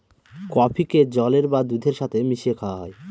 কফিকে জলের বা দুধের সাথে মিশিয়ে খাওয়া হয়